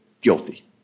Guilty